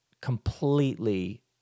completely